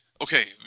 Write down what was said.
okay